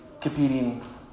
competing